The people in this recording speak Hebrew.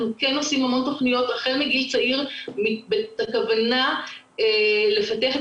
אנחנו כן עושים המון תוכניות החל מגיל צעיר בכוונה לפתח את